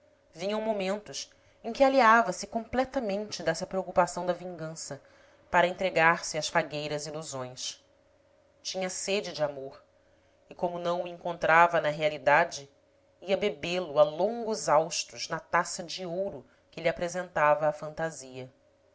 vinham momentos em que alheava se completamente dessa preocupação da vingança para entregar-se às fagueiras ilusões tinha sede de amor e como não o encontrava na realidade ia bebê lo a longos haustos na taça de ouro que lhe apresentava a fantasia